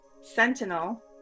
sentinel